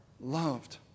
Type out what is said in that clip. loved